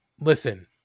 Listen